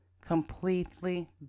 completely